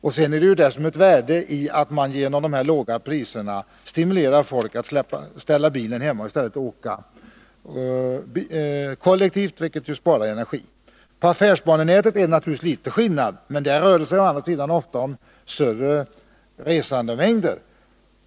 Dessutom ligger det ett värde i att man genom de låga priserna stimulerar folk att ställa bilen hemma och i stället åka kollektivt, vilket spar energi. På affärsbanenätet är det naturligtvis en viss skillnad, men där rör det sig å andra sidan ofta om större resandemängder.